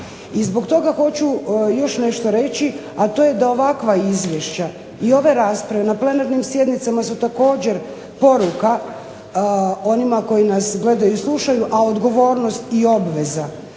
zbog toga hoću još nešto reći a to je da ovakva izvješća i ovakve rasprave na plenarnim sjednicama su također poruka onima koji nas gledaju i slušaju, a odgovornost i obveza